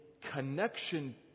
connection